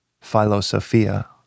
philosophia